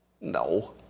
No